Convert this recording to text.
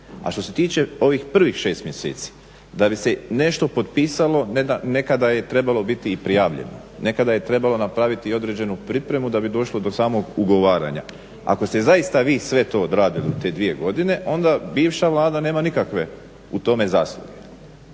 A što se tiče ovih prvih 6 mjeseci, da bi se nešto potpisalo nekada je trebalo biti i prijavljeno, nekada je trebalo napraviti određenu pripremu da bi došlo do samog ugovaranja. Ako ste zaista vi sve to odradili u te dvije godine onda bivša Vlada nema nikakve u tome zasluge,